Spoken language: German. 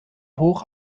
hoch